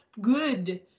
good